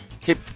Keep